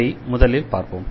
இதை முதலில் பார்ப்போம்